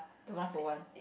the one for one